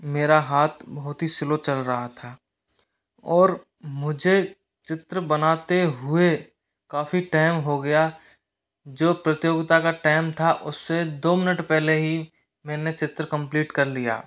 मेरा हाथ बहुत ही स्लो चल रहा था और मुझे चित्र बनाते हुए काफ़ी टैम हो गया जो प्रतियोगिता का टैम था उससे दो मिनिट पहले ही मैंने चित्र कंप्लीट कर लिया